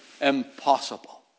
impossible